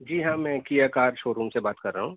جی ہاں میں کییا کار شو روم سے بات کر رہا ہوں